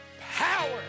power